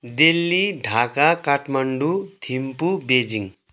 Delhi Dhaka Kathmandu Thimphu Beijing